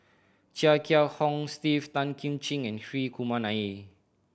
Chia Kiah Hong Steve Tan Kim Ching and Hri Kumar Nair